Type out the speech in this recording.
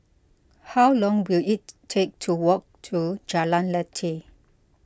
how long will it take to walk to Jalan Lateh